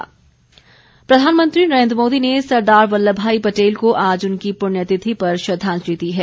पुण्यतिथि प्रधानमंत्री नरेन्द्र मोदी ने सरदार वल्लभ भाई पटेल को आज उनकी पुण्यतिथि पर श्रद्वांजलि दी है